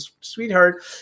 sweetheart